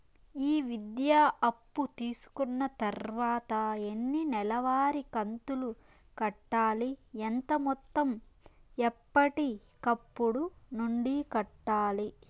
ఈ విద్యా అప్పు తీసుకున్న తర్వాత ఎన్ని నెలవారి కంతులు కట్టాలి? ఎంత మొత్తం ఎప్పటికప్పుడు నుండి కట్టాలి?